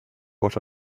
what